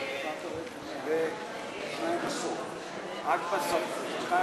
קבוצת סיעת ש"ס וקבוצת סיעת